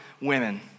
women